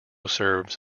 serves